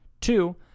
two